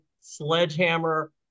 sledgehammer